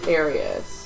areas